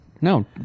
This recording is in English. No